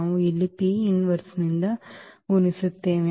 ನಾವು ಇಲ್ಲಿ ಈ ನಿಂದ ಗುಣಿಸುತ್ತೇವೆ